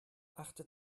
achtet